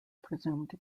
presumed